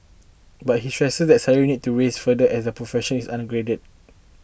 but he stressed that salaries need to rise further as the profession is upgraded